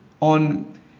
on